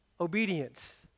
Obedience